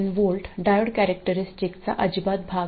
7V डायोडच्या कॅरेक्टरिस्टिकचा अजिबात भाग नाही